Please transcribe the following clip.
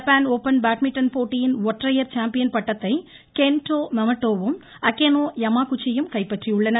Japan Open badminton போட்டியின் ஒற்றையா் champion பட்டத்தை கென்ட்டோ மோமோட்டாவும் அக்கேனே யமாகுச்சியும் கைப்பற்றியுள்ளனர்